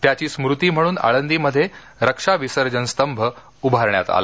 त्याची स्मृती म्हणून आळंदीमध्ये रक्षा विसर्जन स्तंभ उभारण्यात आला